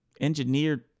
engineered